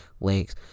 lakes